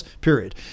period